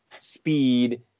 speed